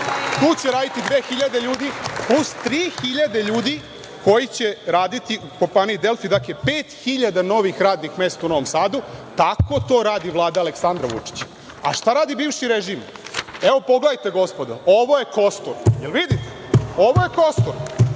Tu će raditi 2.000 ljudi, plus 3.000 ljudi koji će raditi u kompaniji „Delfi“, dakle, 5.000 novih radnih mesta u Novom Sadu. Tako to radi Vlada Aleksandra Vučića.A šta radi bivši režim? Pogledajte, gospodo, ovo je kostur, vidite, to je dvorac